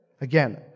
Again